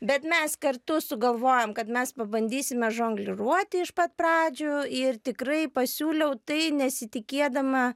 bet mes kartu sugalvojom kad mes pabandysime žongliruoti iš pat pradžių ir tikrai pasiūliau tai nesitikėdama